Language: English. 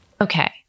Okay